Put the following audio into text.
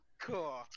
Cool